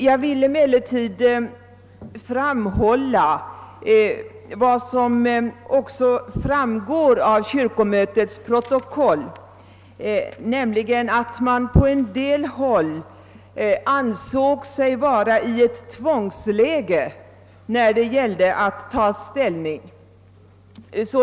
Jag vill emellertid framhålla — detta framgår också av kyrkomötets protokoll — att man på en del håll ansåg sig vara i ett tvångsläge när det gällde att ta ställning i denna fråga.